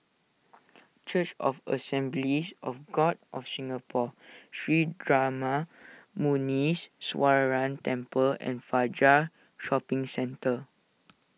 Church of the Assemblies of God of Singapore Sri Darma Muneeswaran Temple and Fajar Shopping Centre